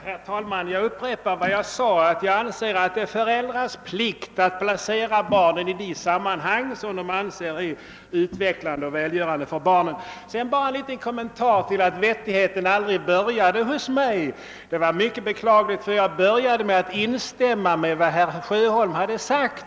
Herr talman! Jag vill upprepa att jag anser det vara föräldrars plikt att placera barnen i de sammanhang som de anser är utvecklande och välgörande. Sedan vill jag bara göra den lilla kommentaren till herr Sjöholms uttalande, att vettigheten aldrig började i mitt anförande, att detta var mycket beklagligt, eftersom jag inledde med att instämma i herr Sjöholms yttrande.